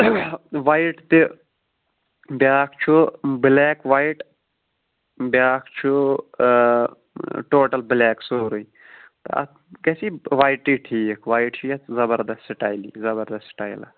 white تہِ بیاکھ چھُ بٕلیک وایِٹ بیاکھ چھُ ٹوٹَل بٕلیک سورُے تَتھ گٔژھِی وایِٹٕے ٹھیٖک وایِٹ چھی اَتھ زبردس سِٹایلی زبردس سِٹایِل اَتھ